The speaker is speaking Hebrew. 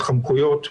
התחמקויות,